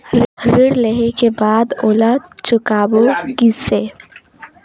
ऋण लेहें के बाद ओला चुकाबो किसे?